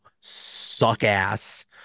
suck-ass